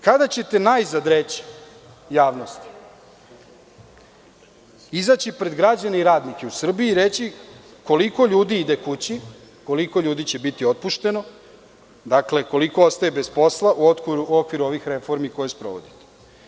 Kada ćete najzad reći javnosti, izaći pred građane i radnike u Srbiji i reći koliko ljudi ide kući, koliko ljudi će biti otpušteno, dakle, koliko ostaje bez posla u okviru ovih reformi koje sprovodite?